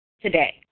today